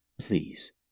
Please